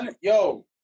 yo